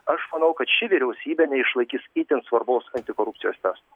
aš manau kad ši vyriausybė neišlaikys itin svarbaus antikorupcijos testo